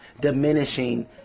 diminishing